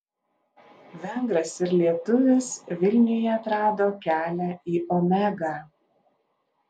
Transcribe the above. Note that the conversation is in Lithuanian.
vengras ir lietuvis vilniuje atrado kelią į omegą